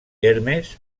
hermes